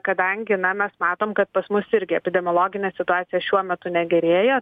kadangi na mes matom kad pas mus irgi epidemiologinė situacija šiuo metu negerėja